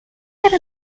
have